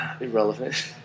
irrelevant